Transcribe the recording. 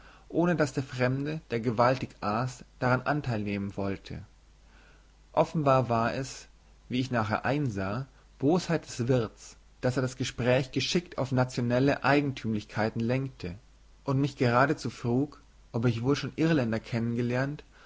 ohne daß der fremde der gewaltig aß daran anteil nehmen wollte offenbar war es wie ich nachher einsah bosheit des wirts daß er das gespräch geschickt auf nationelle eigentümlichkeiten lenkte und mich geradezu frug ob ich wohl schon irländer kennengelernt